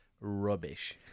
rubbish